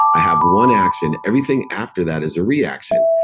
i have one action. everything after that is a reaction.